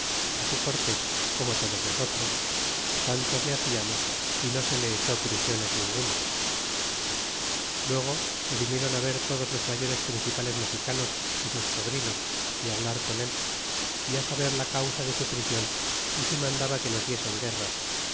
así cortés como todos nosotros tantos le haciamos y no se le echó prisiones ningunas y luego le vinieron á ver todos los mayores principales mexicanos y sus sobrinos é hablar con él y é saber la causa de su prision y si mandaba que nos diesen guerra